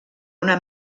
una